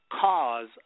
cause